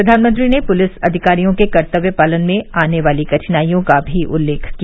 प्रधानमंत्री ने पुलिस अधिकारियों के कर्तव्यपालन में आने वाली कठिनाइयों का उल्लेख भी किया